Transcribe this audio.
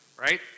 right